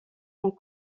ont